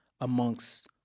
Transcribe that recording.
amongst